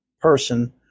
person